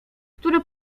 które